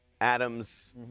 Adams